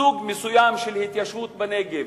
סוג מסוים של התיישבות בנגב,